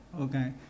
Okay